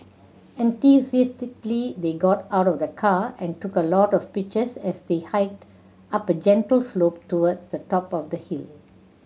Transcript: enthusiastically they got out of the car and took a lot of pictures as they hiked up a gentle slope towards the top of the hill